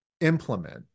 implement